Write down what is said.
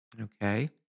Okay